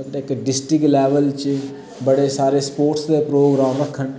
इस district level पर बड़े सारे स्पोर्टस दे प्रोग्राम रक्खन